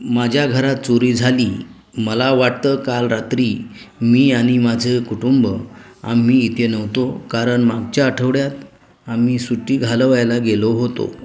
माझ्या घरात चोरी झाली मला वाटतं काल रात्री मी आणि माझं कुटुंब आम्ही इथे नव्हतो कारण मागच्या आठवड्यात आम्ही सुट्टी घालवायला गेलो होतो